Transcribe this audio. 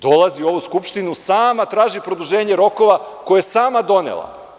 Dolazi u ovu Skupštinu i sama traži produženje rokova koje je sama donela.